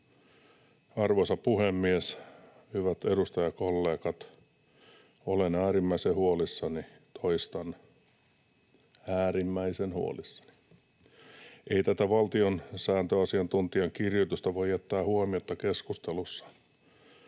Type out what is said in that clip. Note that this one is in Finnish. Arvoisa puhemies, hyvät edustajakollegat! Olen äärimmäisen huolissani — toistan: äärimmäisen huolissani. Ei tätä valtiosääntöasiantuntijan kirjoitusta voi jättää huomiotta keskustelussa.